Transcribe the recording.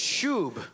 Shub